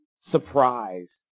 surprised